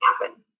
happen